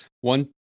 one